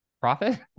profit